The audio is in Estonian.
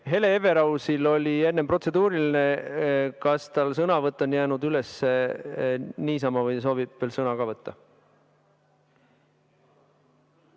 Hele Everausil oli enne protseduuriline. Kas tal sõnavõtt on jäänud üles niisama või soovib ta veel sõna ka võtta?